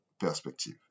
perspective